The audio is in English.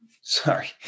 sorry